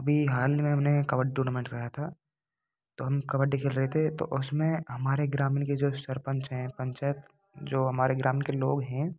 अब हाल में हीं हमने कबड्डी टूर्नामेंट कराया था तो हम कबड्डी खेल रहे थे तो उसमे हमारे ग्रामीण के जो सरपंच हैं पंचर जो हमारे ग्रामीण के लोग हैं